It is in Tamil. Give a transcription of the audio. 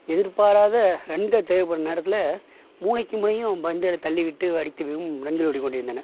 எதிர்பாராத ரன்கள் தேவைப்படும் நேரத்தில் மூனைக்கி முனையும் பந்துகளை தள்ளிவிட்டு அடித்து வெறும் ரன்கள் ஓடிக் கொண்டு இருந்தன